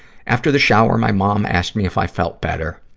after the shower, my mom asked me if i felt better,